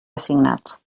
assignats